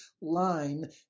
line